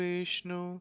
Vishnu